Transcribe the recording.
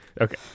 Okay